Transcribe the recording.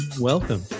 welcome